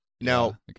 Now